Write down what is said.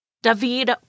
David